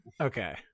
Okay